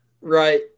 Right